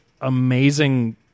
amazing